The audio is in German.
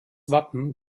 wappen